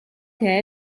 che